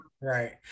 Right